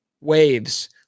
waves